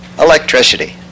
electricity